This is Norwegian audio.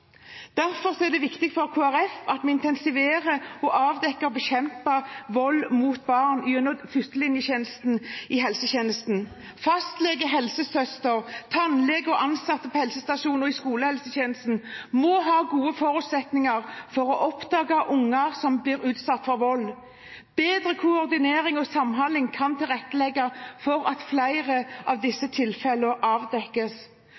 Derfor er det viktig for Kristelig Folkeparti at vi intensiverer arbeidet med å avdekke og bekjempe vold mot barn gjennom førstelinjetjenesten i helsetjenesten. Fastlege, helsesøster, tannlege og ansatte på helsestasjoner og i skolehelsetjenesten må ha gode forutsetninger for å oppdage barn som blir utsatt for vold. Bedre koordinering og samhandling kan tilrettelegge for at flere av disse tilfellene avdekkes.